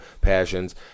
passions